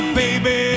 baby